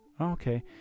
Okay